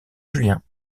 julien